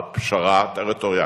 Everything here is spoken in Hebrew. בעד פשרה טריטוריאלית.